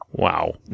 Wow